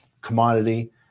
commodity